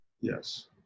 Yes